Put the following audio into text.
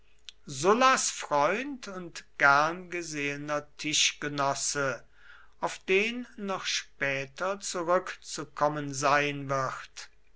sullas freund und gern gesehener tischgenosse auf den noch später zurückzukommen sein wird